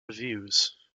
reviews